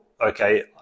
okay